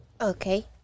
okay